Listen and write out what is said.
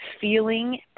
feeling